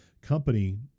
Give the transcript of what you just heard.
company